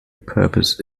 purpose